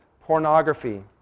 Pornography